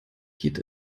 geht